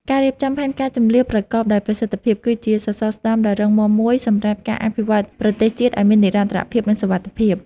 ការរៀបចំផែនការជម្លៀសប្រកបដោយប្រសិទ្ធភាព គឺជាសសរស្តម្ភដ៏រឹងមាំមួយសម្រាប់ការអភិវឌ្ឍប្រទេសជាតិឱ្យមាននិរន្តរភាព និងសុវត្ថិភាព។